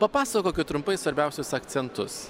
papasakokit trumpai svarbiausius akcentus